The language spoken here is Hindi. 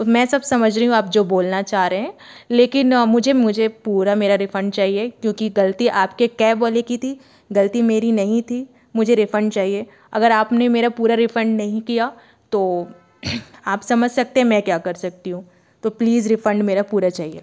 मैं सब समझ रही हूँ आप जो बोलना चाह रहे हैं लेकिन मुझे मुझे पूरा मेरा रिफंड चाहिए क्योंकि गलती आपके कैब वाले कि थी गलती मेरी नहीं थी मुझे रिफंड चाहिए अगर आपने मेरा पूरा रिफंड नहीं किया तो आप समझ सकते हैं मैं क्या कर सकती हूँ तो प्लीज़ रिफंड मेरा पूरा चाहिए